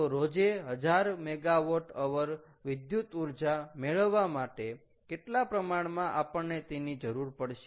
તો રોજે 1000 MWH વિદ્યુત ઊર્જા મેળવવા માટે કેટલા પ્રમાણમાં આપણને તેની જરૂર પડશે